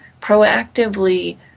proactively